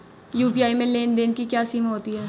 UPI में लेन देन की क्या सीमा होती है?